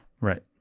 right